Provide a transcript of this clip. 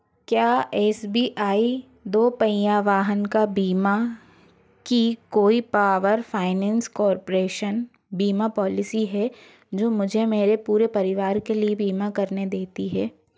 क्या S B I दोपहिया वाहन का बीमा की कोई पावर फाइनेंस कार्पोरेशन बीमा पॉलिसी है जो मुझे मेरे पूरे परिवार के लिए बीमा करने देती हे